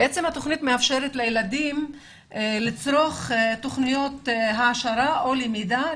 התוכנית מאפשרת לילדים לצרוך תוכניות העשרה או למידה.